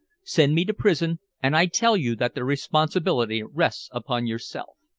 send me to prison, and i tell you that the responsibility rests upon yourself.